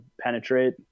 penetrate